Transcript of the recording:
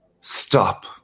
Stop